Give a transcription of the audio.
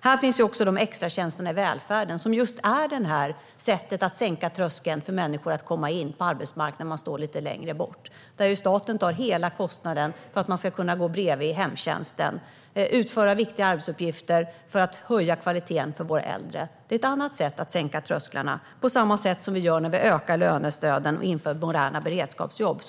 Här finns också extratjänsterna inom välfärden, som är just ett sätt att sänka trösklarna så att människor som står lite längre ifrån arbetsmarknaden kan komma in. Staten tar hela kostnaden för att de ska kunna gå bredvid i hemtjänsten och utföra viktiga arbetsuppgifter så att kvaliteten för våra äldre kan höjas. Det är ett annat sätt att sänka trösklarna, på samma sätt som vi gör när vi ökar lönestöden och inför moderna beredskapsjobb.